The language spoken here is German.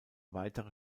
weitere